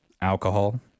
alcohol